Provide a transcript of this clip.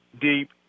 deep